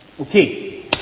Okay